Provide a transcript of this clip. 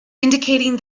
indicating